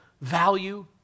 value